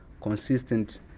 consistent